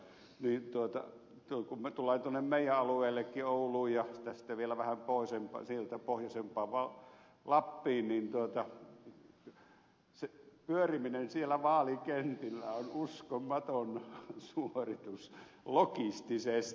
kun tullaan tuonne meidän alueellekin ouluun ja sitten vielä vähän sieltä pohjoisempaan lappiin niin se pyöriminen siellä vaalikentillä on uskomaton suoritus logistisesti